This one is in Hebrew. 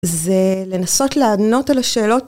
זה לנסות לענות על השאלות.